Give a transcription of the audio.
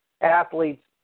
athletes